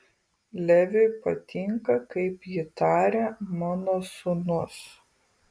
leviui patinka kaip ji taria mano sūnus